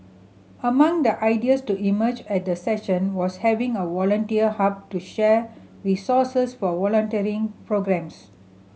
among the ideas to emerge at the session was having a volunteer hub to share resources for volunteering programmes